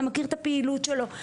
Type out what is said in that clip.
אתה מכיר את הפעילות שלו,